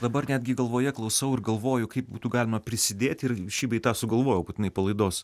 dabar netgi galvoje klausau ir galvoju kaip būtų galima prisidėti ir šį bei tą sugalvojau būtinai palaidos